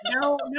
No